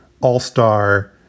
all-star